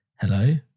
hello